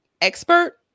expert